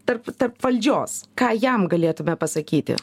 tarp tarp valdžios ką jam galėtume pasakyti